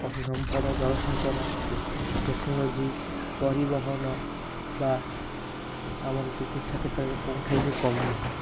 ପଶୁ ସମ୍ପଦ ଜଳସେଚନ ଟେକ୍ନୋଲୋଜି୍ ପରିବହନ ବା ଆମର ଚିକିତ୍ସା କ୍ଷେତ୍ରରେ କେଉଁଥିରେ ବି କମ୍ ନୁହେଁ